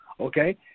Okay